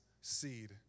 seed